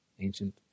ancient